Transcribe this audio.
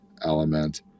element